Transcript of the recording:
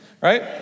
Right